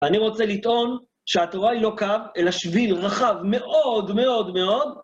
אני רוצה לטעון שהתורה היא לא קו, אלא שביל רחב מאוד מאוד מאוד.